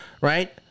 right